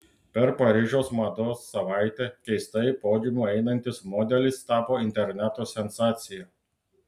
per paryžiaus mados savaitę keistai podiumu einantis modelis tapo interneto sensacija